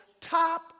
Top